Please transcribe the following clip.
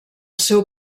seu